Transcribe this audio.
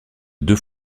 deux